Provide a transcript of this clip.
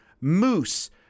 Moose